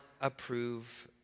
approve